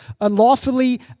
unlawfully